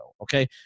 Okay